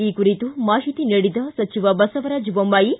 ಈ ಕುರಿತು ಮಾಹಿತಿ ನೀಡಿದ ಸಚಿವ ಬಸವರಾಜ ಬೊಮ್ಮಾಯಿ